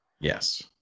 yes